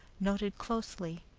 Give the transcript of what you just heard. noted closely,